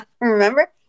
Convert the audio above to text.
Remember